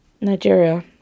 Nigeria